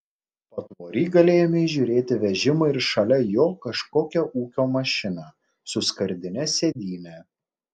patvory galėjome įžiūrėti vežimą ir šalia jo kažkokią ūkio mašiną su skardine sėdyne